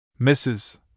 Mrs